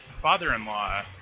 father-in-law